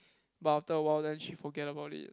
but after awhile then she forget about it